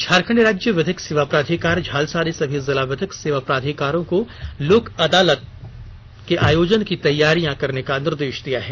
झारखंड राज्य विधिक सेवा प्राधिकार झालसा ने सभी जिला विधिक सेवा प्राधिकार को लोक अदालत के आयोजन की तैयारियां करने का निर्देश दिया है